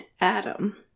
adam